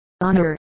honor